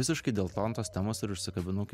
visiškai dėl to ant tos temos ir užsikabinau kai